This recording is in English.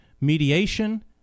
mediation